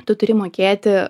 tu turi mokėti